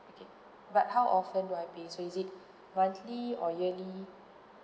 okay but how often do I pay so is it monthly or yearly